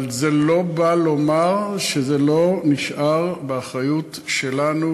אבל זה לא בא לומר שזה לא נשאר באחריות שלנו,